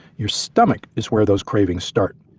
your stomach is where those cravings start.